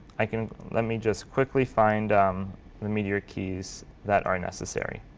like and let me just quickly find the meteor keys that are necessary.